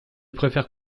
préfères